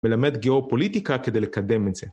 ולמד גיאו-פוליטיקה כדי לקדם את זה.